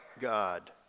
God